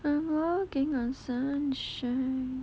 I'm walking on sunshine